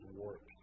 work